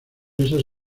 esas